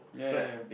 ya ya ya